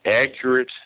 accurate